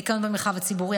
ניקיון במרחב הציבורי,